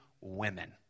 women